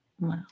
Wow